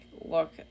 look